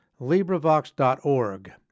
LibriVox.org